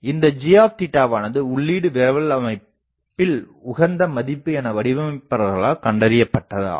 இந்த g வானது உள்ளீடு விரவல் அமைப்பில் உகந்த மதிப்பு என வடிவமைப்பாளர்களால் கண்டுஅறியப்பட்டது ஆகும்